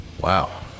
Wow